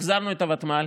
החזרנו את הוותמ"ל,